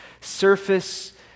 surface